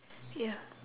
ya